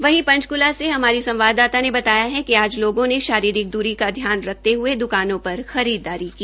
वहीं पंचकूला से हमारी संवाददाता ने बताया कि आज लोगों ने शारीरिक दूरी का ध्यान रख्ते हये दुकानों पर खरीददारी की